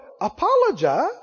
Apologize